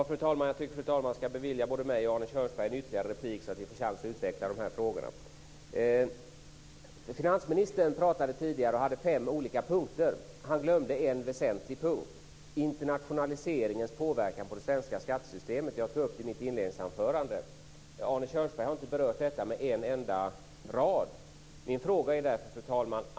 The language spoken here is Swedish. Fru talman! Jag tycker att fru talmannen ska bevilja både mig och Arne Kjörnsberg ytterligare en replik så att vi får en chans att utveckla de här frågorna. Finansministern talade tidigare i dag här. Han hade fem olika punkter men han glömde en väsentlig punkt, internationaliseringens påverkan på det svenska skattesystemet, något som jag tog upp inledningsvis i mitt anförande. Arne Kjörnsberg har inte berört detta med en enda rad någonstans.